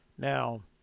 Now